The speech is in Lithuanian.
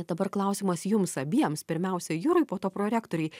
dabar klausimas jums abiems pirmiausia jurui po to prorektorei